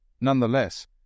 Nonetheless